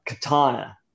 katana